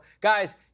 guys